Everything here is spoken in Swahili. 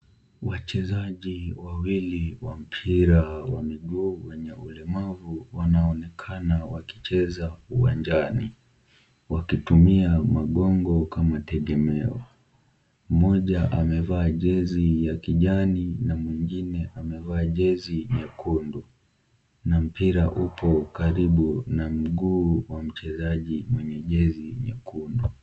Wachezaji wawili wa mpira wa miguu wenye ulemavu wanaonekana wakicheza uwanjani, wakitumia magongo kama tegemeo. Mmoja amevaa jezi ya kijani, na mwingine amevaa jezi nyekundu na mpira upo karibu na mguu wa mchezaji mwenye jezi nyekundu.